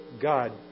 God